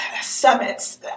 Summits